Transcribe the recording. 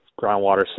groundwater